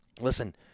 listen